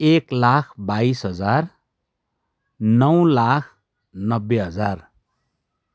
एक लाख बाईस हजार नौ लाख नब्बे हजार